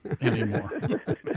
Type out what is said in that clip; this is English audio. anymore